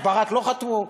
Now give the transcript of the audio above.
את ברק לא חקרו?